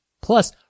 Plus